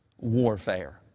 warfare